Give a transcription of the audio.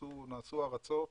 נעשו הרצות